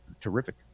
terrific